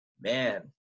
Man